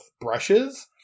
brushes